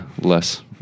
less